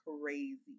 crazy